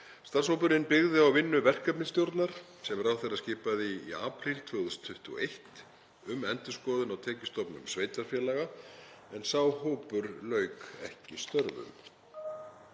Starfshópurinn byggði á vinnu verkefnisstjórnar sem ráðherra skipaði í apríl 2021 um endurskoðun á tekjustofnum sveitarfélaga en sá hópur lauk ekki störfum.